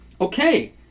Okay